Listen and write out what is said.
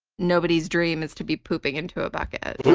nobody's dream is to be pooping into a bucket